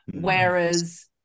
whereas